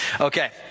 Okay